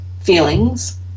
feelings